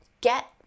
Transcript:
get